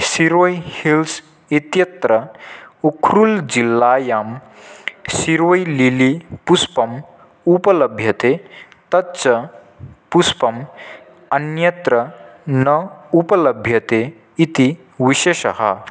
Siroi hills इत्यत्र उख्रुल् जिल्लायां Siroi lily पुष्पम् उपलभ्यते तच्च पुष्पम् अन्यत्र न उपलभ्यते इति विशेषः